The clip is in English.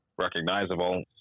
recognizable